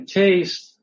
taste